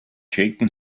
shaken